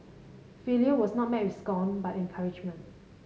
failure was not met with scorn but encouragement